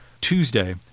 Tuesday